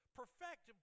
perfect